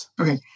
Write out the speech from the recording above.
Okay